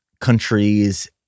countries